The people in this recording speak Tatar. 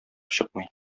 чыкмый